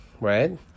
right